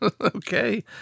Okay